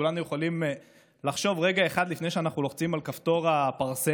כולנו יכולים לחשוב רגע אחד לפני שאנחנו לוחצים על כפתור ה"פרסם"